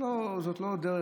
זאת לא הדרך,